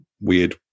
weird